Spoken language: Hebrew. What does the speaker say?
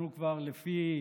לפי